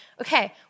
Okay